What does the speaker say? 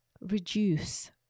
Reduce